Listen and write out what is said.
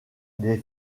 les